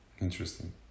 Interesting